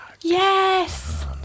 Yes